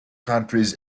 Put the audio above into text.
countries